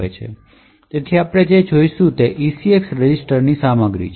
તેથી આપણે અહીં જે જોશું તે આ ECX રજિસ્ટરની સામગ્રી છે